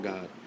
God